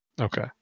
okay